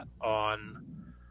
on